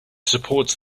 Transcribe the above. supports